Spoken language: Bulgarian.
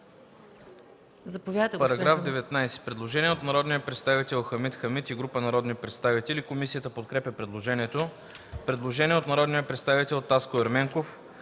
По § 19 има предложение от народния представител Хамид Хамид и група народни представители. Комисията подкрепя предложението. Предложение от народния представител Таско Ерменков.